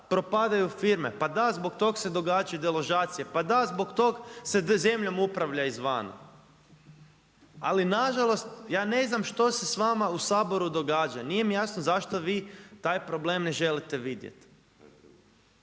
propadaju firme, pa da zbog tog se događa deložacije, pa da zbog tog se zemljom izvana. Ali nažalost, ja ne znam što se s vama u Saboru događa. Nije mi jasno zašto vi taj problem ne želite vidjeti.